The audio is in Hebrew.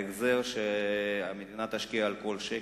ההחזר שהמדינה תקבל על כל שקל,